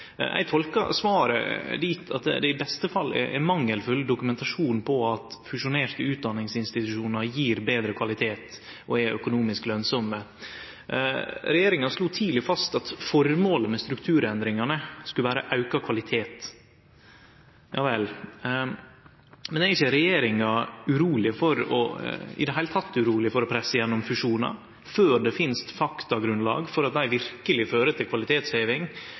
Eg tolkar svaret dit at det i beste fall er mangelfull dokumentasjon på at fusjonerte utdanningsinstitusjonar gjev betre kvalitet og er økonomisk lønsame. Regjeringa slo tidleg fast at formålet med strukturendringane skulle vere auka kvalitet. Ja vel. Men er ikkje regjeringa i det heile uroleg for å presse gjennom fusjonar før det finst faktagrunnlag for at dei verkeleg fører til kvalitetsheving?